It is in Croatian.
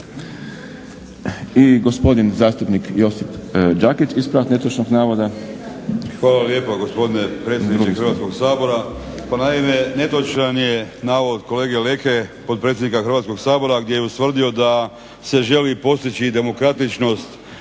I gospodin zastupnik Josip Đakić ispravak netočnog navoda. **Đakić, Josip (HDZ)** Hvala lijepa gospodine predsjedniče Hrvatskog sabora. Pa naime netočan je navod kolege Leke potpredsjednika Hrvatskog sabora gdje je ustvrdio da se želi postići demokratičnost